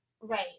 Right